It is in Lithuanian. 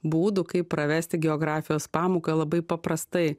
būdų kaip pravesti geografijos pamoką labai paprastai